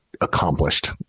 accomplished